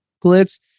clips